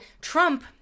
trump